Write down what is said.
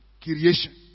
creation